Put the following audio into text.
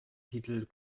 titel